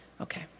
Okay